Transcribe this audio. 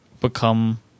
become